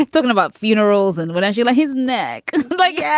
like talking about funerals and what don't you like his neck like? yeah